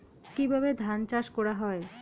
কিভাবে ধান চাষ করা হয়?